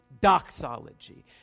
doxology